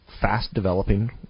fast-developing